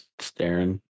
staring